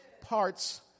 parts